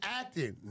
acting